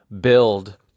build